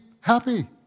happy